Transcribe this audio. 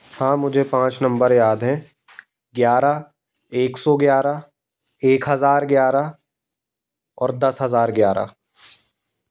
हाँ मुझे पाँच नंबर याद हैं ग्यारह एक सौ ग्यारह एक हज़ार ग्यारह और दस हज़ार ग्यारह